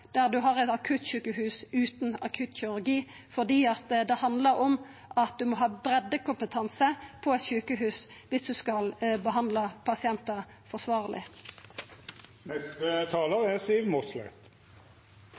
der ein har eit akuttsjukehus utan akuttkirurgi, fordi det handlar om at ein må ha breiddekompetanse på eit sjukehus viss ein skal behandla pasientar